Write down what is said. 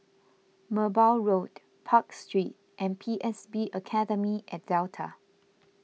Merbau Road Park Street and P S B Academy at Delta